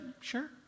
sure